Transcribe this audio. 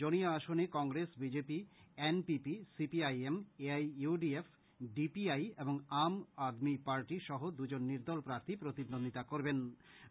জনিয়া আসনে Congress BJP NPP CPIM A I U D F D P I এবং Aam Aadmi Party সহ দুজন নির্দল প্রার্থী প্রতিদ্বন্দিতা করবেন